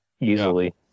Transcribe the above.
Easily